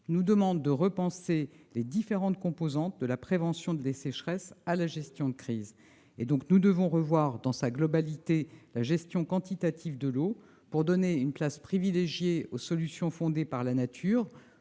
nous demande de repenser les différentes composantes, de la prévention des sécheresses à la gestion de crise. Nous devons donc revoir, dans sa globalité, la gestion quantitative de l'eau afin de donner une place privilégiée aux solutions naturelles.